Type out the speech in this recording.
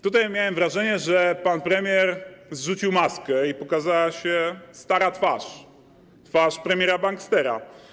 Tutaj miałem wrażenie, że pan premier zrzucił maskę i pokazała się stara twarz, twarz premiera bankstera.